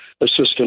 assistant